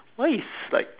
why is like